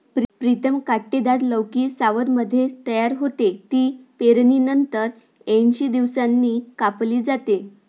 प्रीतम कांटेदार लौकी सावनमध्ये तयार होते, ती पेरणीनंतर ऐंशी दिवसांनी कापली जाते